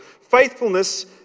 Faithfulness